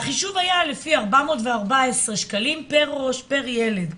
והחישוב היה לפי 414 ₪ פר ראש, פר ילד.